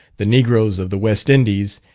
the negroes of the west indies,